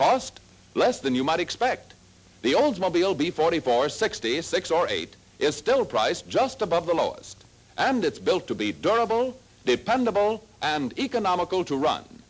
cost less than you might expect the oldsmobile be forty four sixty six or eight is still price just above the lowest and it's built to be durable dependable and economical to run